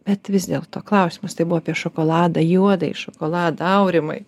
bet vis dėlto klausimas tai buvo apie šokoladą juodąjį šokoladą aurimai